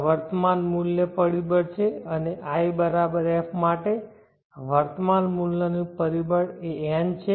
આ વર્તમાન મૂલ્ય પરિબળ છે અને i f માટે વર્તમાન મૂલ્યનું પરિબળ એ n છે